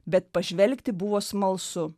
bet pažvelgti buvo smalsu